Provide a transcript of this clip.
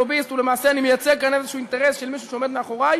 לוביסט ולמעשה אני מייצג כאן איזה אינטרס של מישהו שעומד מאחורי,